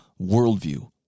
worldview